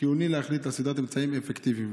חיוני להחליט על סדרת אמצעים אפקטיביים.